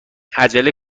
عجله